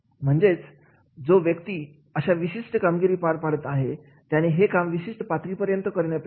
म्हणजेच जो कोणी अशा विशिष्ट कामगिरी पार पाडत आहे त्याने हे काम एका विशिष्ट पातळीपर्यंत करणे अपेक्षित आहे